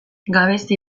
gabezi